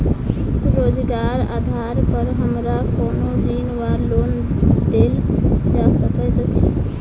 रोजगारक आधार पर हमरा कोनो ऋण वा लोन देल जा सकैत अछि?